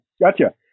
Gotcha